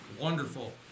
Wonderful